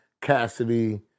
Cassidy